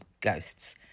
Ghosts